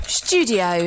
studio